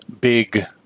Big